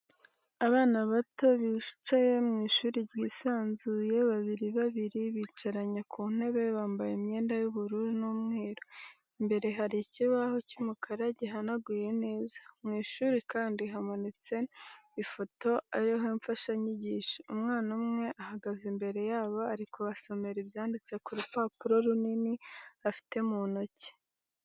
Abana bato bicaye mu ishuri ryisanzuye babiri babiri bicaranye ku ntebe bambaye imyenda y'ubururu n'umweru, imbere hari ikibaho cy'umukara gihanaguye neza, mw'ishuri kandi hamanitse ifoto ariho imfashanyigisho, umwana umwe ahagaze imbere yabo ari kubasomera ibyanditse ku rupapuro runini afite mu ntoki.